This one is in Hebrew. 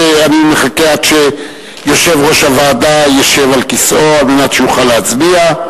אני מחכה עד שיושב-ראש הוועדה ישב על כיסאו על מנת שיוכל להצביע.